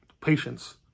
patience